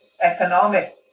economic